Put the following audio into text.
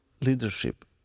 leadership